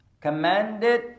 Commanded